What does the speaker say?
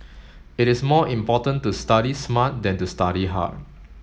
it is more important to study smart than to study hard